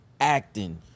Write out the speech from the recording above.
acting –